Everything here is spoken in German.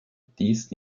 dies